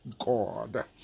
God